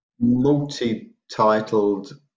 multi-titled